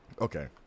okay